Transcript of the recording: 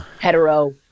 hetero